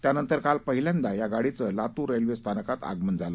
त्यानंतर काल पहिल्यांदा या गाडीचं लातूर रेल्वे स्थानकात आगमन झालं